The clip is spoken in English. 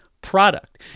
product